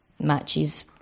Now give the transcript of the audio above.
matches